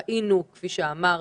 ראינו, כפי שאמרת,